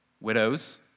widows